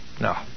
No